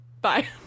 Bye